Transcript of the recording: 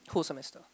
whole semester